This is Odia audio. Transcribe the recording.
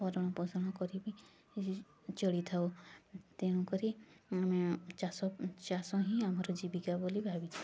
ଭରଣପୋଷଣ କରିବି ଚଳି ଥାଉ ତେଣୁ କରି ଆମେ ଚାଷ ଚାଷ ହିଁ ଆମର ଜୀବିକା ବୋଲି ଭାବିଥାଉ